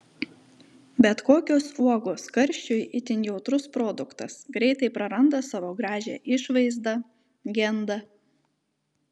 bet kokios uogos karščiui itin jautrus produktas greitai praranda savo gražią išvaizdą genda